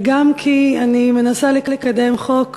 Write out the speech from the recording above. וגם כי אני מנסה לקדם חוק